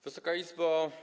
Wysoka Izbo!